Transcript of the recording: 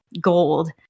gold